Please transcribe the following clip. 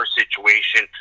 situation